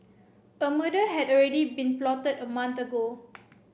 a murder had already been plotted a month ago